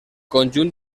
conjunt